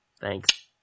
Thanks